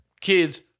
Kid's